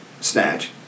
snatch